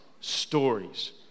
stories